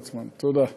תודה.